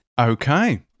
Okay